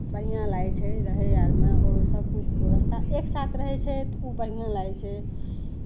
बढ़िआँ लागै छै रहय आरमे सभकिछुके व्यवस्था एक साथ रहै छै तऽ ओ बढ़िआँ लागै छै